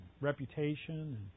reputation